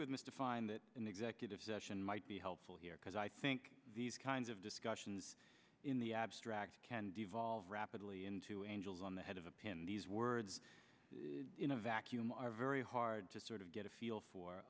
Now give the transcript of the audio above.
with mr fein that an executive session might be helpful here because i think these kinds of discussions in the abstract can devolve rapidly into angels on the head of a pin these words in a vacuum are very hard to sort of get a feel for